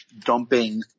dumping